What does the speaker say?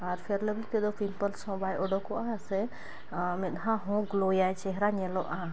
ᱟᱨ fair ᱞᱟᱵᱷᱞᱤ ᱛᱮᱫᱚ pimples ᱦᱚᱸ ᱵᱟᱭ ᱚᱰᱳᱠᱚᱜᱼᱟ ᱥᱮ ᱢᱮᱫᱟᱦᱟᱦᱚᱸ ᱜᱞᱳᱭᱟᱭ ᱪᱮᱦᱨᱟ ᱧᱮᱞᱚᱜᱼᱟ